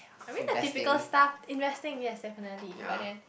are we the typical staff investing yes definitely but then